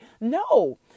No